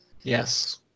yes